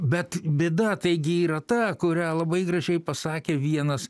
bet bėda taigi yra ta kurią labai gražiai pasakė vienas